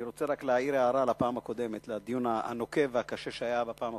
אני רוצה להעיר הערה על הדיון הקשה והנוקב שהיה בפעם הקודמת.